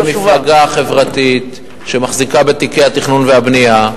כמפלגה חברתית שמחזיקה בתיקי התכנון והבנייה,